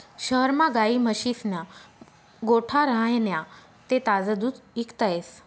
शहरमा गायी म्हशीस्ना गोठा राह्यना ते ताजं दूध इकता येस